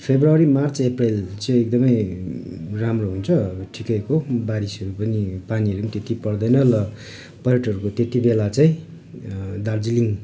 February March April चाहिँ एकदमै राम्रो हुन्छ ठिकैको बारिसहरू पनि पानीहरू पनि त्यति पर्दैन र पर्यटकहरूको त्यति बेला चाहिँ दार्जिलिङ